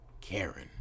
Karen